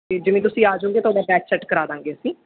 ਜਿਵੇਂ ਤੁਸੀਂ ਆ ਜਾਉਂਗੇ ਤੁਹਾਡਾ ਬੈਚ ਸੈੱਟ ਕਰਵਾ ਦੇਵਾਂਗੇ ਅਸੀਂ